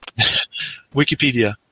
Wikipedia